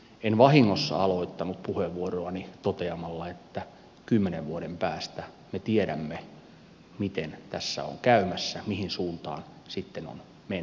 en vahingossa aloittanut puheenvuoroani toteamalla että kymmenen vuoden päästä me tiedämme miten tässä on käymässä mihin suuntaan sitten on menty ja päästy